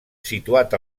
situat